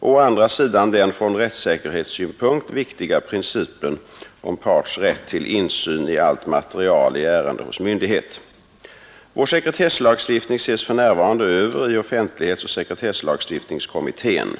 och å andra sidan den från rättssäkerhetssynpunkt viktiga principen om parts rätt till insyn i allt material i ärende hos myndighet. Vår sekretesslagstiftning ses för närvarande över i offentlighetsoch sekretesslagstiftningskommittén.